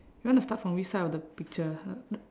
you wanna start from which side of the picture